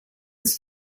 was